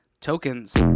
tokens